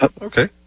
Okay